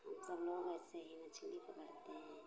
हम सब लोग ऐसे ही मछली पकड़ते हैं